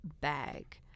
bag